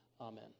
Amen